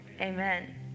Amen